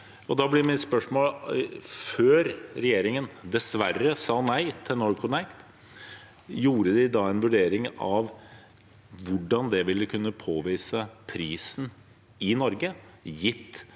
Da blir mitt spørsmål: Før regjeringen dessverre sa nei til NorthConnect, gjorde den en vurdering av hvordan det ville kunne påvirke prisen i Norge, gitt